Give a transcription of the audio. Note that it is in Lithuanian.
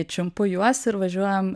čiumpu juos ir važiuojam